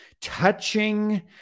touching